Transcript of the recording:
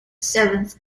seventh